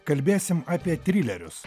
kalbėsim apie trilerius